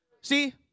See